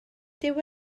dyw